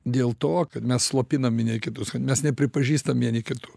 dėl to kad mes slopinam vieni kitus kad mes nepripažįstam vieni kitų